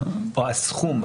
או הסכום,